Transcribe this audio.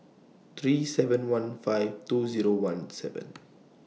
three seven one five two Zero one seven